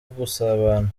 gusabana